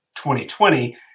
2020